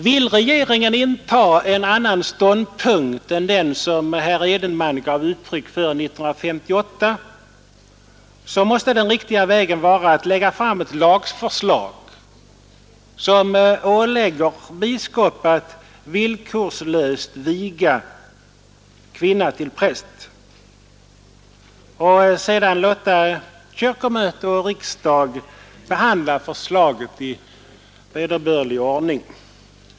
Vill regeringen inta en annan ståndpunkt än den som herr Edenman gav uttryck för 1958, så måste den riktiga vägen vara att lägga fram ett lagförslag som ålägger biskop att villkorslöst viga kvinna till präst och sedan låta kyrkomöte och riksdag behandla lagförslaget i vederbörlig ordning.